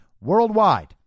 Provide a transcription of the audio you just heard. worldwide